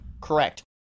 Correct